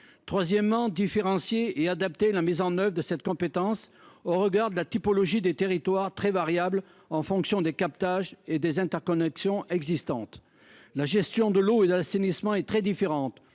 il importe de différencier et d'adapter la mise en oeuvre de cette compétence au regard de la typologie des territoires, très variable en fonction des captages et des interconnexions existantes. La gestion de l'eau et de l'assainissement est très différente